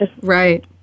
Right